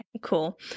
cool